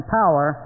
power